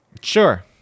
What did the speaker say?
sure